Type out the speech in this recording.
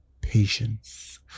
patience